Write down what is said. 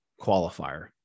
qualifier